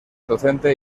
docente